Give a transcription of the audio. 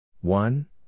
One